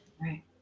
Right